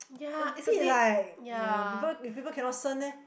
a bit like uh people if people cannot 身 leh